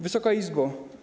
Wysoka Izbo!